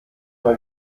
mal